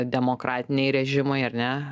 demokratiniai režimai ar ne